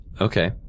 Okay